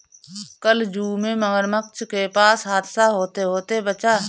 कल जू में मगरमच्छ के पास हादसा होते होते बचा